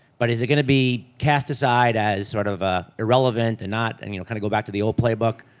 but is it going to be cast aside as sort of ah irrelevant and not and you know kind of go back to the old playbook?